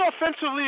offensively